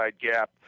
gap